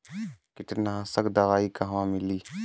कीटनाशक दवाई कहवा मिली?